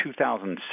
2006